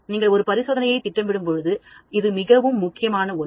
நீங்கள் ஒரு பரிசோதனையைத் திட்டமிடும்போது அது மிகவும் முக்கியமானது